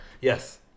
Yes